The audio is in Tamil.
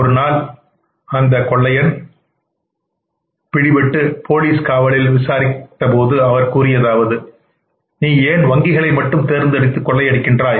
ஒருநாள் அவர் பிடிபட்டு போலீஸ் காவலில் விசாரித்தபோது அவர் கூறியதாவது நீ ஏன் வங்கிகளை மட்டும் தேர்ந்தெடுத்து கொள்ளை அடிக்கின்றாய்